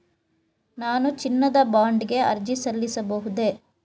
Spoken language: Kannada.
ನಾನು ಚಿನ್ನದ ಬಾಂಡ್ ಗೆ ಅರ್ಜಿ ಸಲ್ಲಿಸಬಹುದೇ?